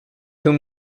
whom